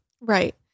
Right